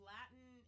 Latin